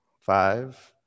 Five